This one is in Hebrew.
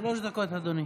דקות, אדוני.